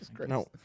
no